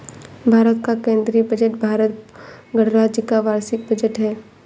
भारत का केंद्रीय बजट भारत गणराज्य का वार्षिक बजट है